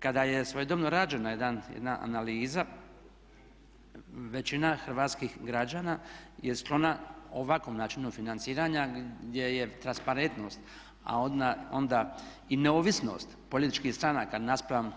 Kada je svojedobno rađena jedna analiza većina hrvatskih građana je sklona ovakvom načinu financiranja, gdje je transparentnost, a onda i neovisnost političkih stranaka naspram